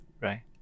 right